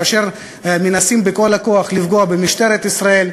כאשר מנסים בכל הכוח לפגוע במשטרת ישראל,